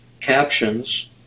captions